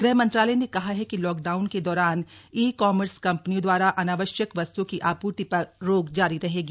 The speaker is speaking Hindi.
गृहमंत्रालय ने कहा है कि लॉकडाउन के दौरान ई कॉमर्स कम्पनियों द्वारा अनावश्यक वस्त्ओं की आपूर्ति पर रोक जारी रहेगी